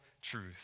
truth